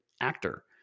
actor